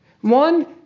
One